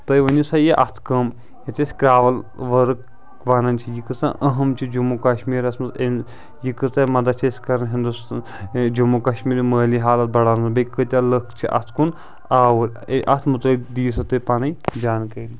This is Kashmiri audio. تُہۍ ؤنِو سا یہِ اَتھٕ کٲم یَتھ أسۍ کرٛاوٕل ؤرٕک وَنان چھِ یہِ کۭژاہ أہم چھِ جموں کَشمیٖرَس منٛز أمۍ یہِ کۭژاہ مَدَت چھِ أسۍ کَران ہِنٛدوستان جموں کَشمیٖر مٲلی حالت بَڑاونَس بیٚیہِ کۭتیاہ لٕکھ چھِ اَتھ کُن آوُر اَتھ مُتعلق دِیِو سُہ تُہۍ پَنٕنۍ جانکٲری